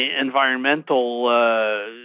environmental